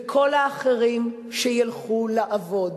וכל האחרים, שילכו לעבוד.